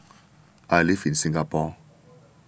I live in Singapore